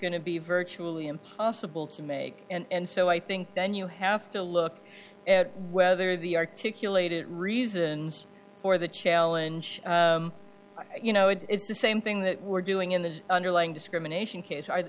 to be virtually impossible to make and so i think then you have to look at whether the articulated reasons for the challenge you know it's the same thing that we're doing in the underlying discrimination case are